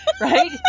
right